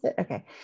Okay